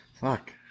Fuck